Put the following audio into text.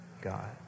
God